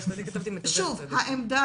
שוב,